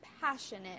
passionate